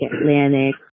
Atlantic